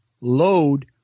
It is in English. Load